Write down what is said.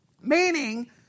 Meaning